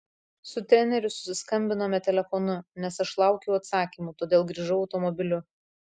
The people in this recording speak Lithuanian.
su treneriu susiskambinome telefonu nes aš laukiau atsakymų todėl grįžau automobiliu